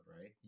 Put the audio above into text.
right